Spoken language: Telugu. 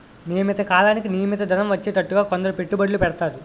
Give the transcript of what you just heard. నియమిత కాలానికి నియమిత ధనం వచ్చేటట్టుగా కొందరు పెట్టుబడులు పెడతారు